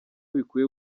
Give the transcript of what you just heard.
bikwiye